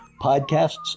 podcasts